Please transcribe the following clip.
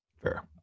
fair